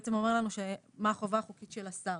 שבעצם אומר לנו מה החובה החוקית של השר.